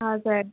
हजुर